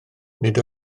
nid